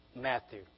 Matthew